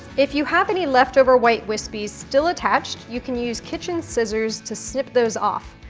if you have any leftover white wispies still attached, you can use kitchen scissors to snip those off,